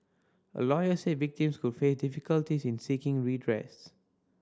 a lawyer said victims could face difficulties in seeking redress